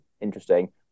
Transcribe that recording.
interesting